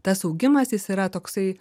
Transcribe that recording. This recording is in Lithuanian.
tas augimas jis yra toksai